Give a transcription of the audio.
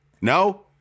No